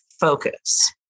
focus